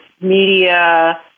media